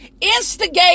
instigate